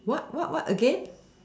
what what what again